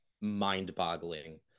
mind-boggling